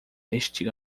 este